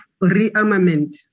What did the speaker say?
rearmament